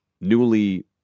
newly